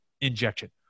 injection